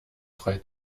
frei